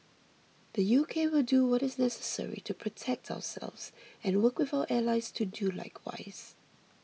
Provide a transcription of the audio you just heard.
the U K will do what is necessary to protect ourselves and work with our allies to do likewise